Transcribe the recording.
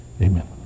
Amen